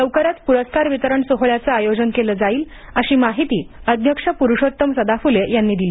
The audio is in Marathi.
लवकरच पुरस्कार वितरण सोहळ्याचं आयोजन केलं जाईल अशी माहिती अध्यक्ष पुरुषोत्तम सदाफुले यांनी दिली